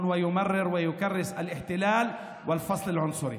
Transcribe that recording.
ויעביר וינציח את הכיבוש ואת ההפרדה הגזעית.)